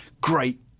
great